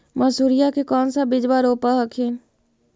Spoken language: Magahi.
मसुरिया के कौन सा बिजबा रोप हखिन?